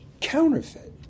counterfeit